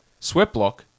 Sweatblock